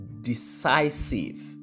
decisive